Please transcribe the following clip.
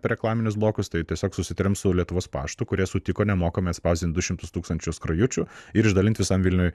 per reklaminius blokus tai tiesiog susitarėm su lietuvos paštu kurie sutiko nemokamai atspausdinti du šimtus tūkstančių skrajučių ir išdalinti visam vilniui